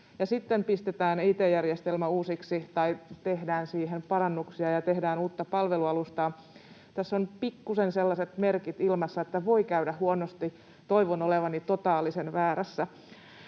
ja sitten pistetään it-järjestelmä uusiksi, tehdään siihen parannuksia ja tehdään uutta palvelualustaa. Tässä on pikkuisen sellaiset merkit ilmassa, että voi käydä huonosti. Toivon olevani totaalisen väärässä.